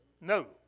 No